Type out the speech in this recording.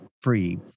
free